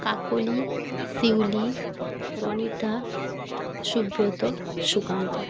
Kakoli Shiuli Ranita Subrata Sukanta